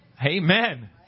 Amen